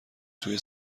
توی